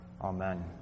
Amen